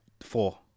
Four